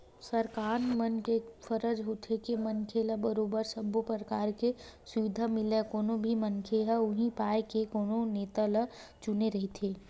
सरकार मन के फरज होथे के मनखे ल बरोबर सब्बो परकार के सुबिधा मिलय कोनो भी मनखे ह उहीं पाय के कोनो नेता ल चुने रहिथे